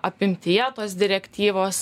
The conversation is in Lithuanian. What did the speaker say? apimtyje tos direktyvos